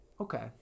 okay